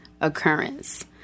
Occurrence